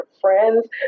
friends